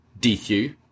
DQ